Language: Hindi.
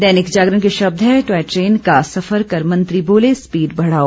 दैनिक जागरण के शब्द हैं टॉय ट्रेन का सफर कर मंत्री बोले स्पीड बढ़ाओ